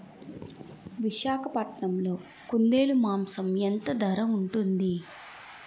విశాఖపట్నంలో కుందేలు మాంసం ఎంత ధర ఉంటుంది?